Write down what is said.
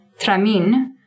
Tramin